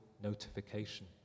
notification